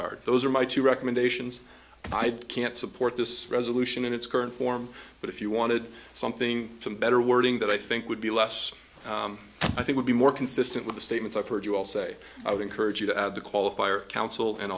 guard those are my two recommendations i can't support this resolution in its current form but if you wanted something from better wording that i think would be less i think would be more consistent with the statements i've heard you all say i would encourage you to add the qualifier counsel and